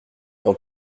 dans